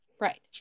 Right